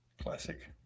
Classic